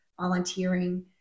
volunteering